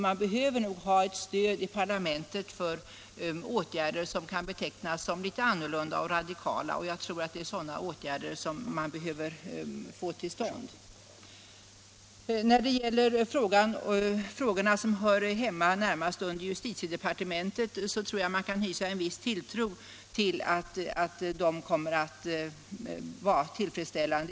Man behöver nog ha ett stöd i parlamentet för åtgärder som kan betecknas som litet annorlunda och radikala — och jag tror att det är sådana åtgärder som man behöver få till stånd. När det gäller de frågor som närmast hör hemma under justitiedepartementet, anser jag man kan hysa en viss tilltro till att de kommer att behandlas tillfredsställande.